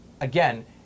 again